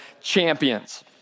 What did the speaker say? champions